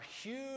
huge